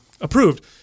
approved